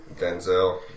Denzel